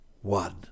One